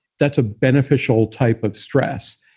that's a beneficial type of stress.